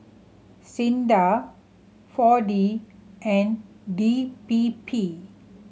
SINDA Four D and D P P